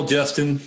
Justin